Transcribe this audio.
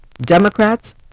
Democrats